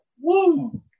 woo